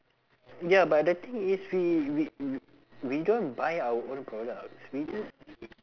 ya but the thing is we we we we don't buy our own products we just